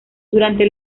durante